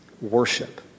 worship